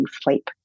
sleep